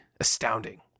astounding